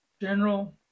general